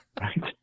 right